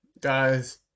Guys